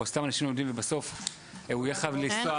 או סתם אנשים לומדים ובסוף הוא יהיה חייב לנסוע-